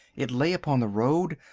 it lay upon the road.